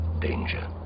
danger